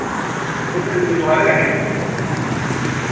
कोई पंज किलो हारे लैने